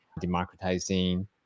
democratizing